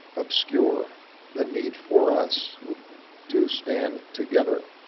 obscure the need for us to stand together,